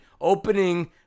opening